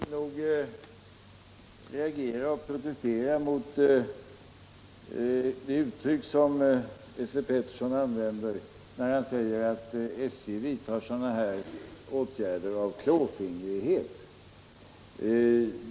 Herr talman! Jag vill nog reagera och protestera mot det uttryck som 10 november 1977 Esse Petersson använder när han säger att SJ vidtar sådana här åtgärder av klåfingrighet.